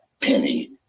penny